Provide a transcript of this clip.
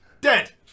Dead